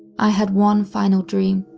i had one final dream,